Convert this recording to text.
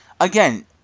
again